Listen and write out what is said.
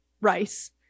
Rice